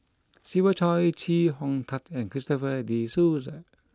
Siva Choy Chee Kong Tet and Christopher De Souza